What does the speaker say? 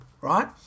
right